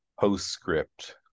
Postscript